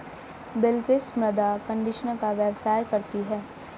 बिलकिश मृदा कंडीशनर का व्यवसाय करती है